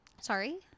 Sorry